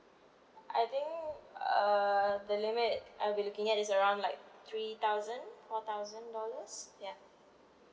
I think uh the limit I'll be looking at is around like three thousand four thousand dollars ya